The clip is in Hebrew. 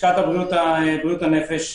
לשכת הבריאות בריאות הנפש.